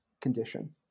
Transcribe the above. condition